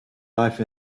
life